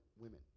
women